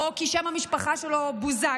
או כי שם המשפחה שלו הוא בוזגלו,